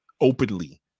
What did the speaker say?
openly